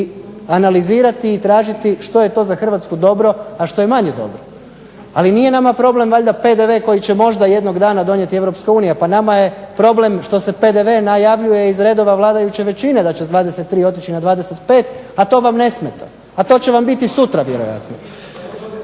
analizirati i tražiti što je to za Hrvatsku dobro, a što je manje dobro. Ali nije nama problem valjda PDV koji će možda jednog dana donijeti Europska unija. Pa nama je problem što se PDV najavljuje iz redova vladajuće većine da će sa 23 otići na 25 a to vam ne smeta, a to će vam biti sutra vjerojatno.